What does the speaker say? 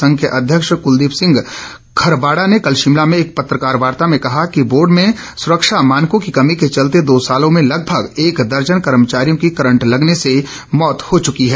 संघ के अध्यक्ष कुलदीप सिंह खरबाड़ा ने कल शिमला में एक पत्रकार वार्ता में कहा कि बोर्ड में सुरक्षा मानकों की कमी के चलते दो सालों में लगभग एक दर्जन कर्मचारियों की करंट लगने से मौत हो चुकी है